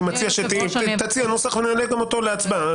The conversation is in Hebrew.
אני מציע שתציע נוסח ונעלה גם אותו להצבעה.